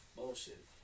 Bullshit